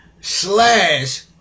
slash